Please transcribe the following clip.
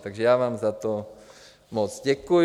Takže já vám za to moc děkuju.